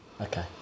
okay